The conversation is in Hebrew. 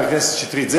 חבר הכנסת שטרית.